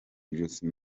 ijosi